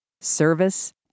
service